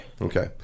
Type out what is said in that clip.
okay